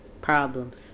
Problems